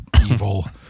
evil